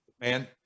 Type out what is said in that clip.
man